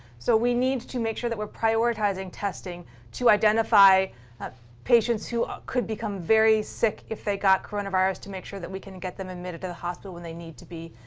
so we need to make sure that we're prioritizing testing to identify ah patients who could become very sick if they got coronavirus to make sure that we can get them admitted to the hospital when they need to be.